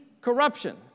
Corruption